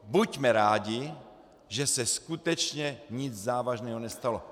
Buďme rádi, že se skutečně nic závažného nestalo.